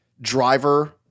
driver